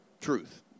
Truth